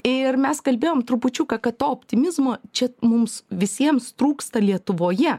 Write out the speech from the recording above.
ir mes kalbėjom trupučiuką kad to optimizmo čia mums visiems trūksta lietuvoje